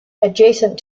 adjacent